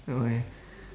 okay